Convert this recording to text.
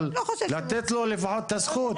אבל לתת לו לפחות את הזכות.